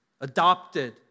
adopted